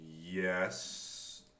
yes